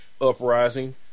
Uprising